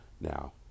now